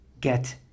get